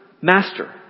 master